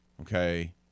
okay